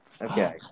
Okay